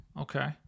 Okay